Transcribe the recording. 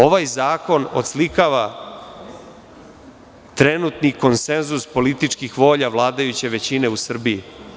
Ovaj zakon oslikava trenutni konsenzus političkih volja vladajuće većine u Srbiji.